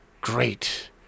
great